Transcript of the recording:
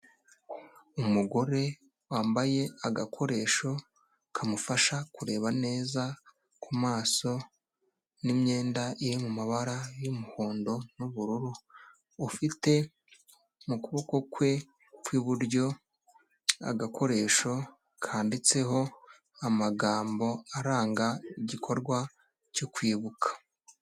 Umugore wambaye agakoresho kamufasha kureba neza ku maso n'imyenda iri mu mabara y'umuhondo n'ubururu, ufite mu kuboko kwe kw'iburyo, agakoresho kanditseho amagambo aranga igikorwa cyo kwibuka.